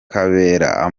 amubaza